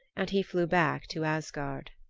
and he flew back to asgard.